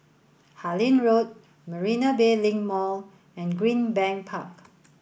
Harlyn Road Marina Bay Link Mall and Greenbank Park